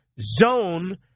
zone